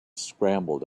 scrambled